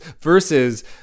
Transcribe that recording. versus